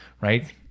right